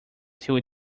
till